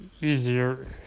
easier